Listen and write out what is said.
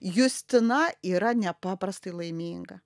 justina yra nepaprastai laiminga